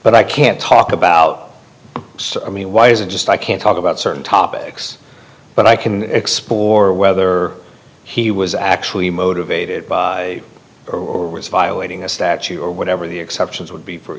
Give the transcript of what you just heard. but i can't talk about i mean why is it just i can't talk about certain topics but i can explore whether he was actually motivated by violating a statute or whatever the exceptions would be for